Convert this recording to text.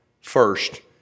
first